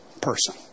person